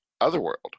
otherworld